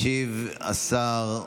ישיב השר,